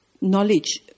knowledge